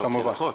נכון?